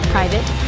Private